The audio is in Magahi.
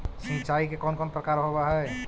सिंचाई के कौन कौन प्रकार होव हइ?